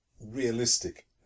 realistic